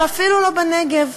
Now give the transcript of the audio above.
ואפילו לא בנגב.